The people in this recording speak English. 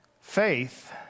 faith